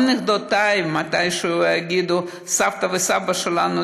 גם נכדותיי מתישהו יגידו: סבתא וסבא שלנו,